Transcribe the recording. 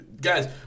Guys